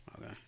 Okay